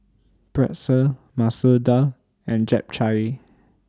Pretzel Masoor Dal and Japchae